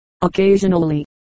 Occasionally